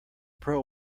pearl